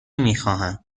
میخواهم